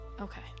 Okay